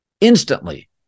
instantly